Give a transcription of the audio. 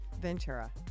Ventura